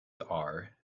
are